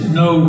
no